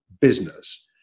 business